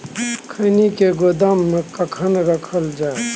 खैनी के गोदाम में कखन रखल जाय?